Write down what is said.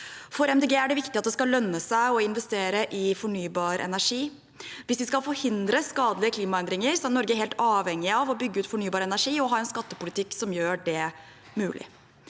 Grønne er det viktig at det skal lønne seg å investere i fornybar energi. Hvis vi skal forhindre skadelige klimaendringer, er Norge helt avhengig av å bygge ut fornybar energi og ha en skattepolitikk som gjør det mulig.